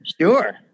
sure